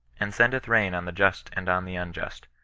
and sendeth rain on the just and on the unjust.